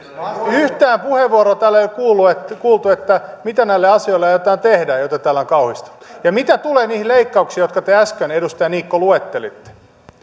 yhtään puheenvuoroa täällä ei ole kuultu siitä mitä aiotaan tehdä näille asioille joita täällä on kauhisteltu ja mitä tulee niihin leikkauksiin jotka te äsken edustaja niikko luettelitte